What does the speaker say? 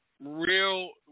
Real